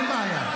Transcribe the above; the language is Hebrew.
אין בעיה.